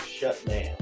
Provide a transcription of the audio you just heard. shutdown